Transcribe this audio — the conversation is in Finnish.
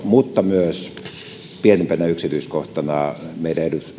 mutta myös pienempänä yksityiskohtana meidän